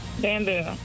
Bamboo